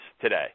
today